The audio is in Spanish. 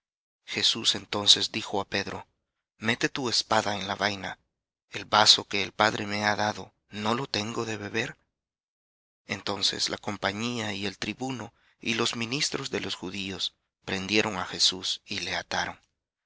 jesús entonces dijo á pedro mete tu espada en la vaina el vaso que el padre me ha dado no lo tengo de beber entonces la compañía y el tribuno y los ministros de los judíos prendieron á jesús y le ataron